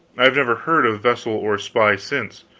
i have never heard of vessel or spy since.